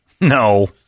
No